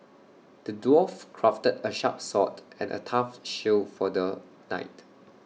the dwarf crafted A sharp sword and A tough shield for the knight